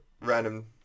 random